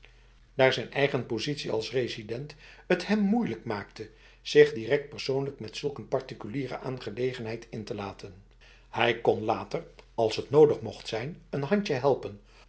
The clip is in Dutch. daar zijn eigen positie als resident het hem moeilijk maakte zich direct persoonlijk met zulk een particuliere aangelegenheid in te laten hij kon later als het nodig mocht zijn een handje helpen